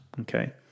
okay